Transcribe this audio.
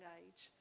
age